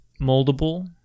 moldable